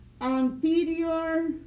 anterior